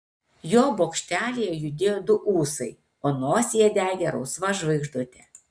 jo bokštelyje judėjo du ūsai o nosyje degė rausva žvaigždutė